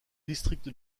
district